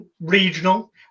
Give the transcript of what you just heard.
regional